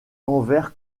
envers